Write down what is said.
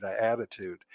attitude